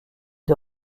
des